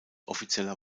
offizieller